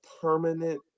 permanent